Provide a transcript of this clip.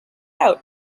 out